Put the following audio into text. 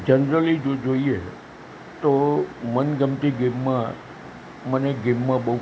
generally જો જોઈએ તો મનગમતી ગેમમાં મને ગેમમાં બહુ